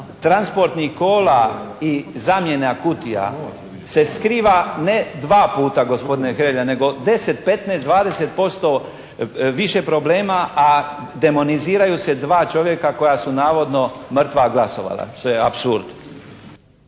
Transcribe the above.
transportnih kola i zamjena kutija se skriva ne dva puta gospodine Hrelja, nego 10, 15, 20% više problema a demoniziraju se dva čovjeka koja su navodno mrtva glasovala. To je apsurd.